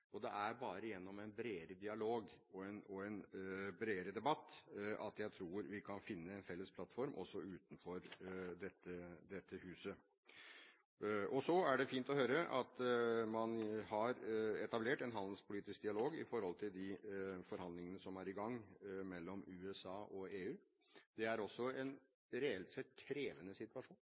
Det er bare gjennom en bredere dialog og en bredere debatt jeg tror vi kan finne en felles plattform, også utenfor dette huset. Det er også fint å høre at man har etablert en handelspolitisk dialog når det gjelder de forhandlingene som er i gang mellom USA og EU. Det er også en reelt sett krevende situasjon